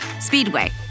Speedway